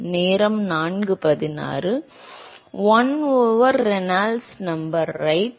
மாணவர் one over Reynolds number right